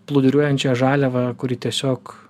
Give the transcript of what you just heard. plūduriuojančią žaliavą kuri tiesiog